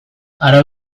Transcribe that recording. aro